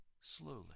slowly